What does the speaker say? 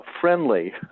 friendly